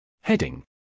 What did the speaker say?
Heading